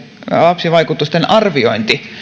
lapsivaikutusten arviointi